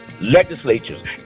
legislatures